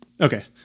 Okay